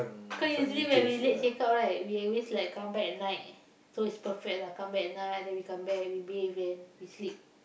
cause usually when we late check-out right we always like come back at night so is perfect lah come back at night then we come back and we bathe and we sleep